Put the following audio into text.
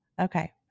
Okay